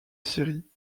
syrie